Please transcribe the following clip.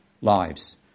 lives